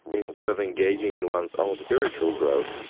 instead of engaging in one's own spiritual growth,